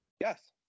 Yes